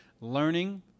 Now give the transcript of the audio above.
learning